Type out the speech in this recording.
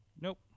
Nope